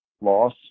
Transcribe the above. loss